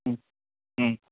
ہوں ہوں